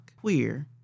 queer